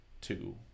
Two